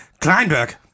Kleinberg